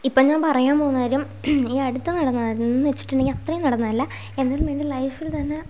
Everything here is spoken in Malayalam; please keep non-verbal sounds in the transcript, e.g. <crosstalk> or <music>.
ഇപ്പം ഞാൻ പറയാൻ പോകുന്ന കാര്യം ഈ അടുത്ത് നടന്നതെന്ന് വച്ചിട്ടുണ്ടെങ്കിൽ അത്രയും നടന്നതല്ല <unintelligible> എൻ്റെ ലൈഫിൽ തന്നെ